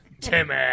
Timmy